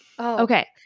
Okay